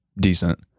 decent